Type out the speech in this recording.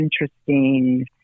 interesting